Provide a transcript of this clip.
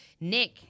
Nick